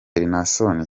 naasson